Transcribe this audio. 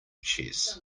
chess